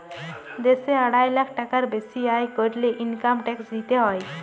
দ্যাশে আড়াই লাখ টাকার বেসি আয় ক্যরলে ইলকাম ট্যাক্স দিতে হ্যয়